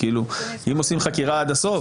אם עושים חקירה, עד הסוף.